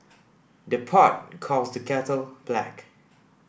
the pot calls the kettle black